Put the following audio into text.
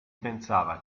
pensava